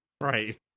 right